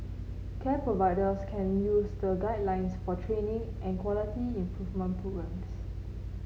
care providers can use the guidelines for training and quality improvement programmes